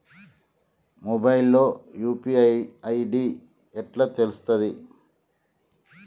Mobile లో UPI ID ఎట్లా తెలుస్తది?